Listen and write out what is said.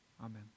Amen